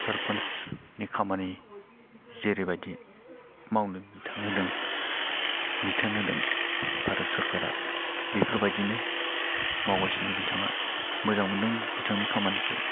सारपान्चनि खामानि जेरै बायदि मावनो बिथोन होदों बिथोन होदों भारत सोरखारा बिफोरबायदिनो मावगासिनो बिथाङा मोजां मोनदों बिथांनि खामानिखौ